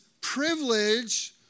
privilege